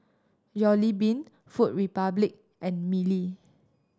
Jollibean Food Republic and Mili